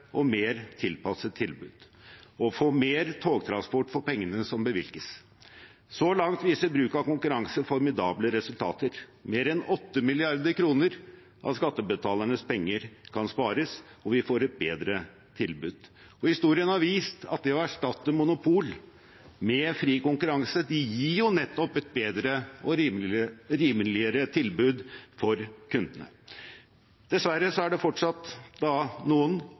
og mer tilpasset tilbud og å få mer togtransport for pengene som bevilges. Så langt viser bruk av konkurranse formidable resultater. Mer enn 8 mrd. kr av skattebetalernes penger kan spares, og vi får et bedre tilbud. Historien har vist at det å erstatte monopol med fri konkurranse gir nettopp et bedre og rimeligere tilbud for kundene. Dessverre er det fortsatt noen,